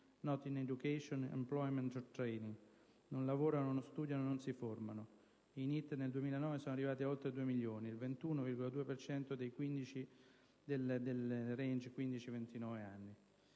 *not in education, employment or training* (non lavorano, non studiano, non si formano). I *neet* nel 2009 sono arrivati a oltre due milioni, il 21,2 per cento del *range*